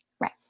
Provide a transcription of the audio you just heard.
Right